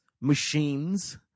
machines